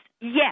yes